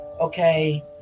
okay